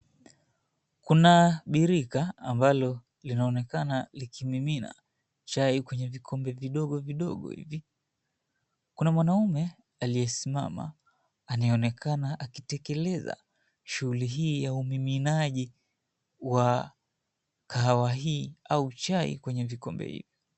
Kuna birika ambalo linaonekana likimimina chai kwenye vikombe vidogo vidogo hivi. Kuna mwanaume aliyesimama anayeonekana akitekeleza shughuli hii ya umiminaji wa kahawa hii au chai kwenye vikombe hivi.